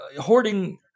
hoarding